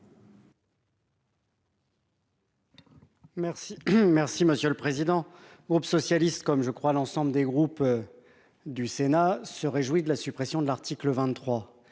merci Monsieur le Président groupe socialiste comme je crois l'ensemble des groupes du Sénat, se réjouit de la suppression de l'article 23